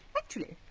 actually,